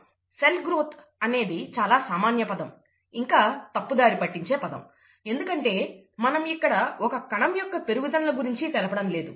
'cell growth' అనేది చాలా సామాన్య పదం ఇంకా తప్పుదారి పట్టించే పదం ఎందుకంటే మనం ఇక్కడ ఒక్క కణం యొక్క పెరుగుదలను గురించి తెలపడం లేదు